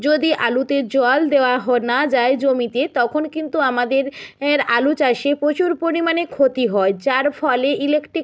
যদি আলুতে জল দেওয়া হ না যায় জমিতে তখন কিন্তু আমাদের এর আলু চাষে প্রচুর পরিমাণে ক্ষতি হয় যার ফলে ইলেকট্রিক